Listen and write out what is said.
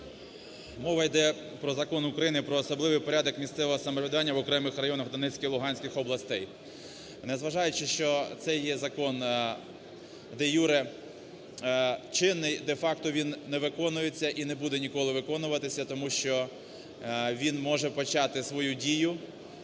Мова йде про Закон України "Про особливий порядок місцевого самоврядування в окремих районах Донецької, Луганської областей". Не зважаючи, що це є закон де-юре чинний, де-факто він не виконується і не буде ніколи виконуватися, тому що він може почати свою дію